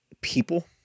people